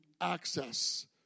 access